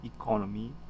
economy